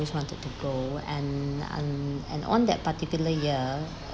always wanted to go and uh and on that particular year